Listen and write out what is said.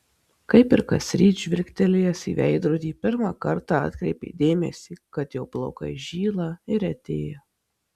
kaip ir kasryt žvilgtelėjęs į veidrodį pirmą kartą atkreipė dėmesį kad jo plaukai žyla ir retėja